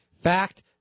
Fact